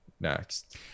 next